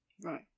right